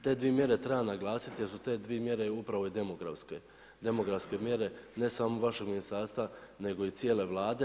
Te dvije mjere treba naglasiti jer su te dvije mjere upravo i demografske mjere, ne samo vašeg ministarstva nego i cijele Vlade.